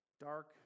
dark